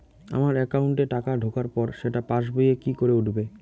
আমার একাউন্টে টাকা ঢোকার পর সেটা পাসবইয়ে কি করে উঠবে?